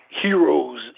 heroes